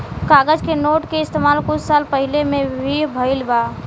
कागज के नोट के इस्तमाल कुछ साल पहिले में ही भईल बा